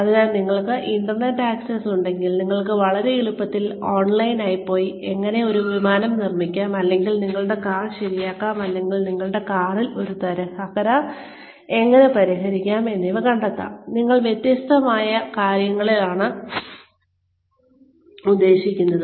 അതിനാൽ നിങ്ങൾക്ക് internet access ഉണ്ടെങ്കിൽ നിങ്ങൾക്ക് വളരെ എളുപ്പത്തിൽ ഓൺലൈനിൽ പോയി എങ്ങനെ ഒരു വിമാനം നിർമ്മിക്കാം അല്ലെങ്കിൽ നിങ്ങളുടെ കാർ ശരിയാക്കാം അല്ലെങ്കിൽ നിങ്ങളുടെ കാറിൽ ഒരു തകരാർ പരിഹരിക്കാം എന്നിവ കണ്ടെത്താം ഞാൻ വ്യത്യസ്തമായ കാര്യങ്ങളാണ് ഉദ്ദേശിക്കുന്നത്